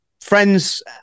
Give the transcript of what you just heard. friends